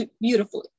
beautifully